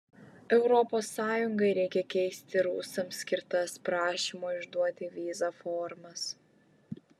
europos sąjungai reikia keisti rusams skirtas prašymo išduoti vizą formas